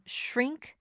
shrink